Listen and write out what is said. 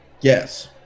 yes